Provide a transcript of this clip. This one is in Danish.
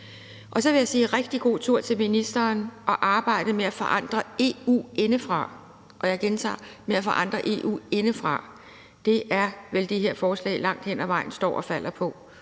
Så vil jeg sige rigtig god tur til ministeren, når han skal arbejde med at forandre EU indefra – og jeg gentager: med at forandre EU indefra. Det er det, som det her forslag langt hen ad vejen står og falder